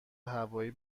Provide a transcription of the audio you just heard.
هوایی